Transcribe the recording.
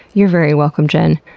you're very welcome, jen.